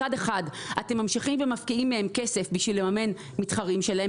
מצד אחד אתם ממשיכים ומפקיעים מהם כסף בשביל לממן מתחרים שלהם,